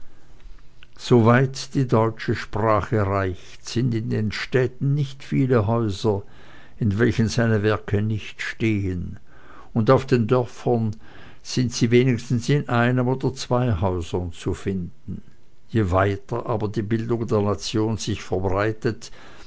weit die deutsche sprache reicht sind in den städten nicht viele häuser in welchen seine werke nicht stehen und auf den dörfern sind sie wenigstens in einem oder zwei häusern zu finden je weiter aber die bildung der nation sich verbreitet